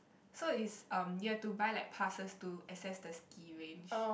so is um you have to buy like passes to access the ski range